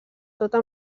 tota